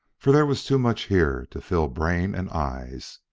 for there was too much here to fill brain and eyes.